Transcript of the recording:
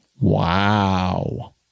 wow